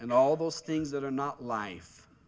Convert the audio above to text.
and all those things that are not life